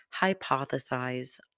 hypothesize